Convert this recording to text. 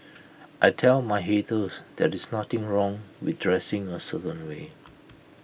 I tell my haters that is nothing wrong with dressing A certain way